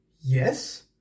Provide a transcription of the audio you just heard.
yes